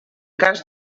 cas